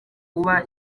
kuba